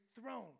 throne